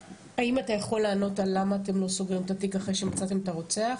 האם אתה יכול לענות על למה אתם לא סוגרים את התיק אחרי שמצאתם את הרוצח?